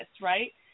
right